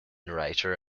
writer